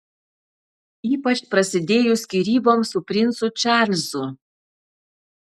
ypač prasidėjus skyryboms su princu čarlzu